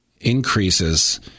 increases